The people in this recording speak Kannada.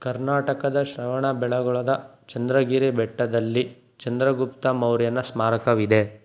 ಕರ್ನಾಟಕದ ಶ್ರವಣಬೆಳಗೊಳದ ಚಂದ್ರಗಿರಿ ಬೆಟ್ಟದಲ್ಲಿ ಚಂದ್ರಗುಪ್ತ ಮೌರ್ಯನ ಸ್ಮಾರಕವಿದೆ